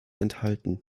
enthalten